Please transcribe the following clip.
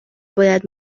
باید